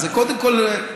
אז קודם כול,